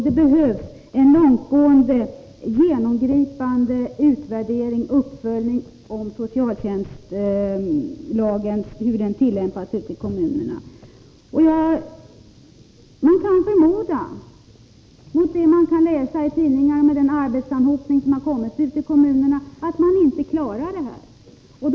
Det behövs en långtgående, genomgripande uppföljning och utvärdering av hur socialtjänstlagen tillämpas i kommunerna. Mot bakgrund av det som man kan läsa i tidningarna om den arbetsanhopning som uppstått ute i kommunerna kan man förmoda att kommunerna inte klarar av de här uppgifterna.